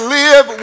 live